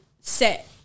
set